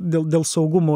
dėl dėl saugumo